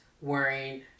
wearing